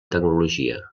tecnologia